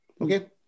okay